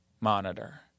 monitor